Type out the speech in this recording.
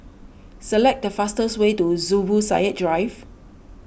select the fastest way to Zubir Said Drive